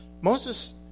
Moses